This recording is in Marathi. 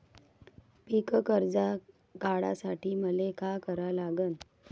पिक कर्ज काढासाठी मले का करा लागन?